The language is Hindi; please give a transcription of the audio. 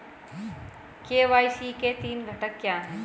के.वाई.सी के तीन घटक क्या हैं?